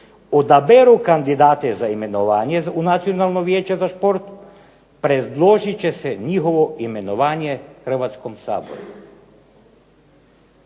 odaberu kandidate za imenovanje u Nacionalno vijeće za šport predložit će se njihovo imenovanje Hrvatskom saboru".